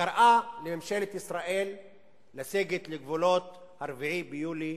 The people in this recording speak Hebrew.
וקראה לממשלת ישראל לסגת לגבולות 4 ביולי